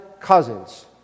cousins